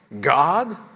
God